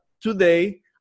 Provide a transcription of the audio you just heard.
today